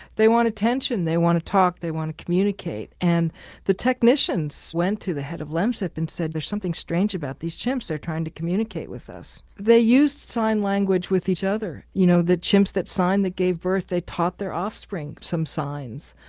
they want attention, they want to talk, they want to communicate. and the technicians went to the head of lemsip and said, there's something strange about these chimps they are trying to communicate with us. they used sign language with each other, you know the chimps that signed, that gave birth, they taught their offspring some signs.